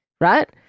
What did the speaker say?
right